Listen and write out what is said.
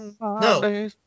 No